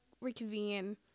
Reconvene